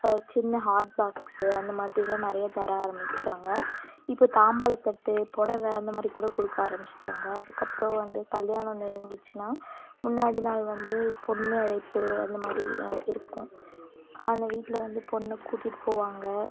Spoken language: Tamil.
சின்ன ஹாட் பாக்ஸு அந்த மாதிரியெல்லாம் நிறைய தர ஆரமிச்சுட்டாங்க இப்போ தாம்பால தட்டு புடவ அந்த மாதிரி கூட கொடுக்க ஆரமிச்சுட்டாங்க அதுக்கப்புறம் வந்து கல்யாணம் நெருங்கிடுச்சுனா முன்னாடி நாள் வந்து பொண்ணு அழைப்பு அந்த மாதிரிலாம் இருக்கும் அந்த வீட்டில் வந்து பொண்ணை கூட்டிகிட்டு போவாங்க